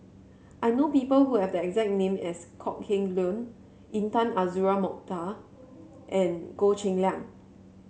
I know people who have the exact name as Kok Heng Leun Intan Azura Mokhtar and Goh Cheng Liang